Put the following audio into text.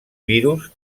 virus